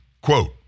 Quote